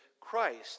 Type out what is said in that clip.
Christ